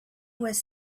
was